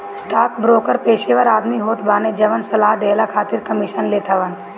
stockbroker पेशेवर आदमी होत बाने जवन सलाह देहला खातिर कमीशन लेत हवन